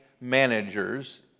managers